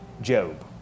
Job